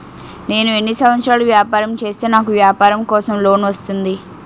నేను ఎన్ని సంవత్సరాలు వ్యాపారం చేస్తే నాకు వ్యాపారం కోసం లోన్ వస్తుంది?